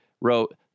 wrote